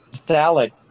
Salad